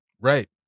Right